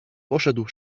poszedł